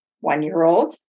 one-year-old